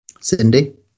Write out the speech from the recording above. Cindy